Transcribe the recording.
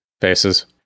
Faces